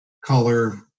Color